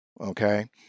Okay